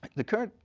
the current